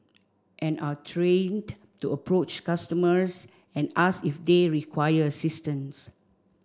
and are trained to approach customers and ask if they require assistance